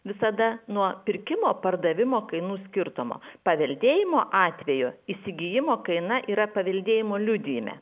visada nuo pirkimo pardavimo kainų skirtumo paveldėjimo atveju įsigijimo kaina yra paveldėjimo liudijime